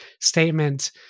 statement